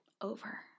over